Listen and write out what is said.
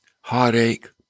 heartache